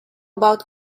about